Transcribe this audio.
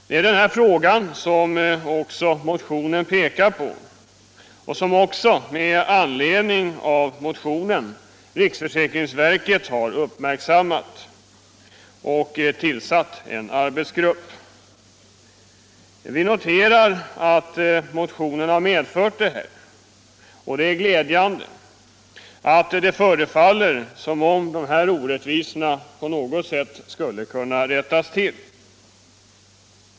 Det är den frågan som motionen pekar på och som också riksförsäkringsverket med anledning av motionen har uppmärksammat och tillsatt en arbetsgrupp för att undersöka. Vi noterar att motionen har medfört detta. Det är glädjande att det förefaller som om de här orättvisorna nu på något sätt skulle kunna rättas till.